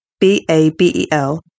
B-A-B-E-L